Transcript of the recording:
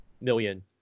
million